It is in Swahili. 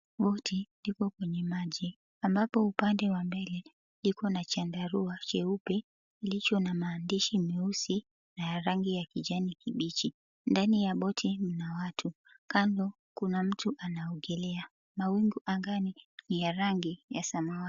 Boti liko kwenye maji, ambapo upande wa pili iko na chandarua cheupe kilicho na maandishi meusi na ya rangi ya kijani kibichi. Ndani ya boti mna watu, kando kuna mtu anaogelea. Mawingu angani ni ya rangi ya samawati.